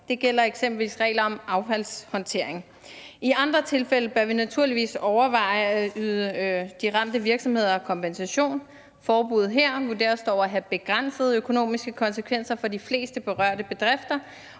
Det gælder eksempelvis regler om affaldshåndtering. I andre tilfælde bør vi naturligvis overveje at yde de ramte virksomheder kompensation. Forbuddet her vurderes dog at have begrænsede økonomiske konsekvenser for de fleste berørte bedrifter